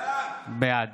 בעד